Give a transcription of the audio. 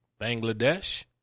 Bangladesh